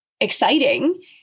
Exciting